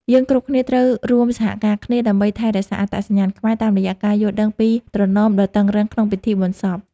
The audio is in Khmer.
យើងគ្រប់គ្នាត្រូវរួមសហការគ្នា ដើម្បីថែរក្សាអត្តសញ្ញាណខ្មែរតាមរយៈការយល់ដឹងពីត្រណមដ៏តឹងរ៉ឹងក្នុងពិធីបុណ្យសព។